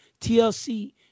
TLC